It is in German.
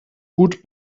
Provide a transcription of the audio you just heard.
gut